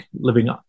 living